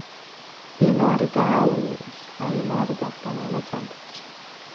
jei norite aūlas o jei norite rajono centras